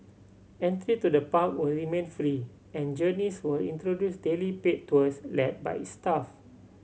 entry to the park will remain free and Journeys will introduce daily paid tours led by its staff